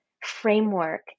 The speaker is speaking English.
framework